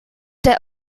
der